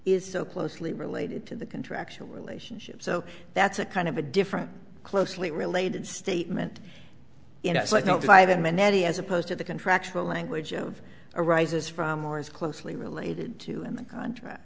is so closely related to the contractual relationship so that's a kind of a different closely related statement you know it's like no five in minetti as opposed to the contractual language of arises from or is closely related to in the contract